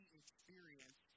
experience